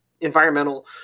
environmental